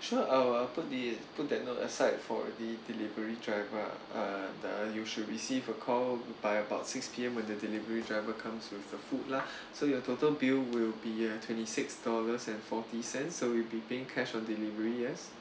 sure I'll put the put that note at side for the delivery driver uh you should receive a call by about six P_M when the delivery driver comes with the food lah so your total bill will be twenty six dollars and forty cents so will be paying cash on delivery yes